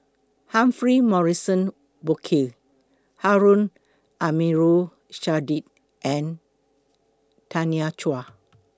Humphrey Morrison Burkill Harun Aminurrashid and Tanya Chua